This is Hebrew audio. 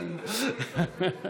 אין לי